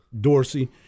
Dorsey